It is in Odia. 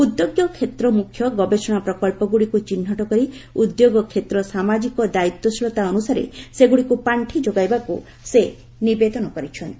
ଉଦ୍ୟୋଗ କ୍ଷେତ୍ର ମୁଖ୍ୟ ଗବେଷଣା ପ୍ରକଳ୍ପଗୁଡ଼ିକୁ ଚିହ୍ନଟ କରି 'ଉଦ୍ୟୋଗ କ୍ଷେତ୍ର ସାମାଜିକ ଦାୟିତ୍ୱଶିଳତା' ଅନୁସାରେ ସେଗୁଡ଼ିକୁ ପାର୍ଷି ଯୋଗାଇବାକୁ ସେ ନିବେଦନ କରିଚ୍ଛନ୍ତି